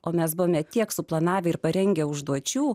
o mes buvome tiek suplanavę ir parengę užduočių